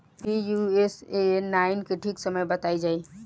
Pusa nine के ठीक समय बताई जाई?